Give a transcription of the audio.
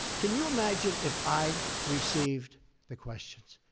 can you imagine if i received the questions?